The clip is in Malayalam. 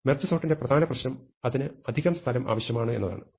മെർജ് സോർട്ടിന്റെ പ്രധാന പ്രശ്നം അതിന് അധിക സ്ഥലം ആവശ്യമാണ് എന്നതാണ്